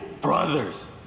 brothers